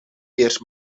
eerst